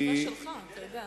זה תלוי בתשובה שלך, אתה יודע.